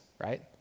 right